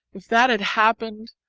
if that had happened,